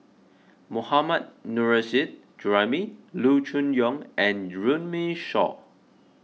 Mohammad Nurrasyid Juraimi Loo Choon Yong and Runme Shaw